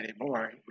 anymore